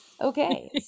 Okay